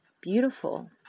beautiful